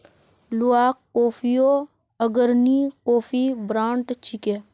Luwak कॉफियो अग्रणी coffee brand छिके